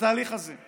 בתהליך הזה.